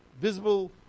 visible